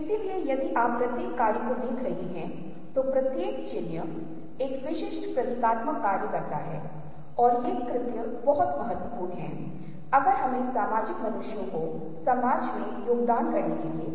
इसलिए अनुभूति में पहले संवेदनाएं शामिल हैं जो कि मस्तिष्क प्रक्रिया के भीतर मौजूदा ज्ञान स्मृति और मेरे द्वारा देखे गए पहले मनुष्यों की छवियों की तुलना में प्रक्रिया करने के लिए हैं